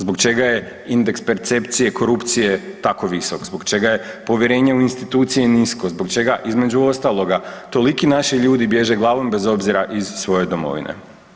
Zbog čega je indeks percepcije korupcije tako visok, zabog čega je povjerenje u institucije nisko, zbog čega, između ostaloga, toliki naši ljudi bježe glavom bez obzira iz svoje domovine.